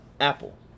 Apple